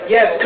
Yes